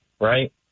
right